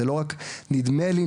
זה לא רק נדמה לי,